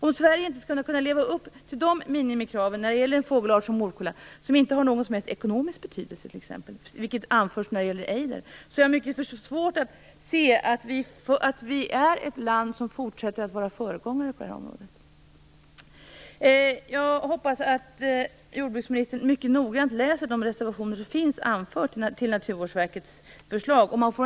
Om Sverige inte kan leva upp till dessa minimikrav för en fågelart som morkulla som inte har någon som helst ekonomisk betydelse, vilket anförs när det gäller ejder, har jag mycket svårt att se att vi är ett land som fortsätter att vara föregångare på det här området. Jag hoppas att jordbruksministern läser de reservationer som finns till Naturvårdsverkets förslag mycket noggrant.